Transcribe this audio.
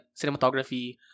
cinematography